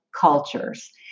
cultures